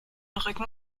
rücken